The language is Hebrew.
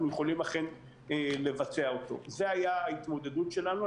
יכולים אכן לבצע אותו זו היתה ההתמודדות שלנו.